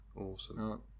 Awesome